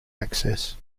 access